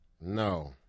No